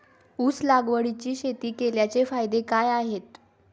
ऊस लागवडीची शेती केल्याचे फायदे काय आहेत?